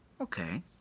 Okay